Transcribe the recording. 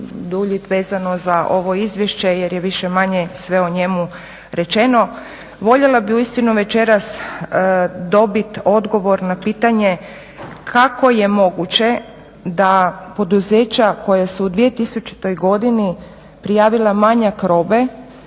duljiti vezano za ovo izvješće jer je više-manje sve o njemu rečeno. Voljela bih uistinu večeras dobiti odgovor na pitanje kako je moguće da poduzeća koja su u 2000. godini prijavila manjak robe